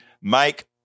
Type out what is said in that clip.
Mike